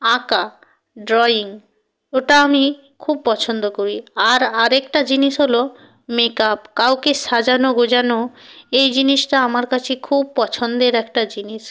আঁকা ড্রয়িং ওটা আমি খুব পছন্দ করি আর আর একটা জিনিস হলো মেকআপ কাউকে সাজানো গোজানো এই জিনিসটা আমার কাছে খুব পছন্দের একটা জিনিস